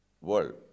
world